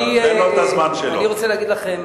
חבר הכנסת כץ.